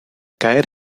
caer